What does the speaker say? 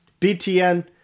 BTN